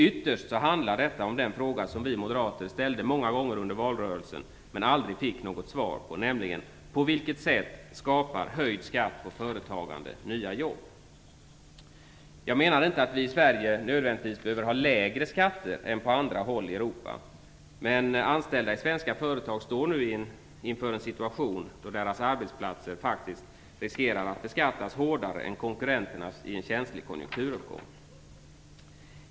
Ytterst handlar det om den fråga vi moderater ställde många gånger under hela valrörelsen, men aldrig fick något svar på, nämligen: På vilket sätt skapar höjd skatt på företagande nya jobb? Jag menar inte att vi i Sverige nödvändigtvis behöver ha lägre skatter än på andra håll i Europa, men anställda i svenska företag står nu inför en situation där deras arbetsplatser riskerar att beskattas hårdare än konkurrenternas i en känslig konjunkturuppgång.